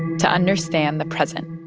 to understand the present